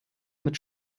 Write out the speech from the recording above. mit